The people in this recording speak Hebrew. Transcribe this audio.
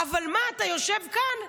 אבל מה, אתה יושב כאן,